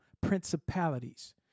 principalities